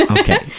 and okay,